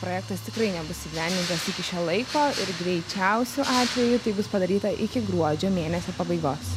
projektas tikrai nebus įgyvendintas iki šio laiko ir greičiausiu atveju tai bus padaryta iki gruodžio mėnesio pabaigos